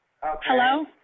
hello